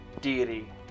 deity